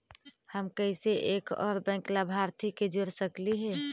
हम कैसे एक और बैंक लाभार्थी के जोड़ सकली हे?